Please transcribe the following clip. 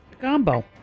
Combo